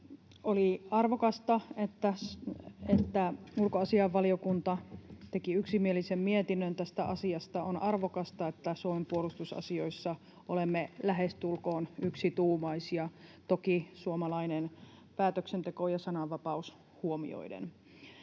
Oli arvokasta, että ulkoasiainvaliokunta teki yksimielisen mietinnön tästä asiasta. On arvokasta, että Suomen puolustusasioissa olemme lähestulkoon yksituumaisia, toki suomalainen päätöksenteko ja sananvapaus huomioiden.